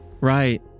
Right